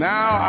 Now